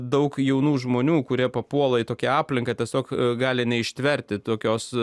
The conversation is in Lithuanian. daug jaunų žmonių kurie papuola į tokią aplinką tiesiog gali neištverti tokios